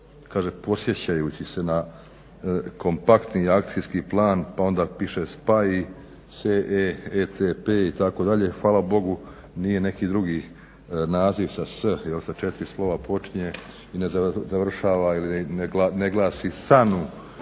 kaže podsjećajući se na kompaktni akcijski plan pa onda piše … itd., hvala Bogu nije neki drugi naziv sa s jer sa četiri slova počinje i ne završava ili ne glasi ….